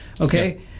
Okay